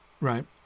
Right